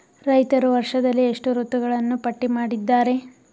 ರೈತರು ವರ್ಷದಲ್ಲಿ ಎಷ್ಟು ಋತುಗಳನ್ನು ಪಟ್ಟಿ ಮಾಡಿದ್ದಾರೆ?